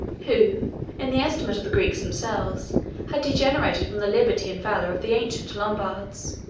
who in the estimate of the greeks themselves had degenerated from the liberty and valor of the ancient lombards.